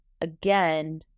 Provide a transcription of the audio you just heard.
again